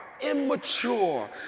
immature